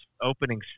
opening